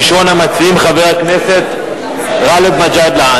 ראשון המציעים, חבר הכנסת גאלב מג'אדלה.